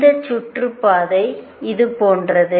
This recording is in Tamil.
இந்த சுற்றுப்பாதை இது போன்றது